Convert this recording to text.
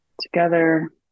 together